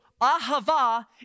ahava